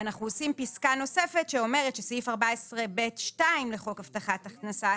- ואנחנו עושים פסקה נוספת שאומרת סעיף 14ב(2) לחוק הבטחת הכנסה,